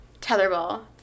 Tetherball